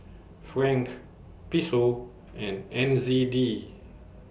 Franc Peso and N Z D